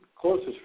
closest